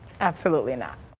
absolutely not.